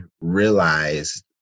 realized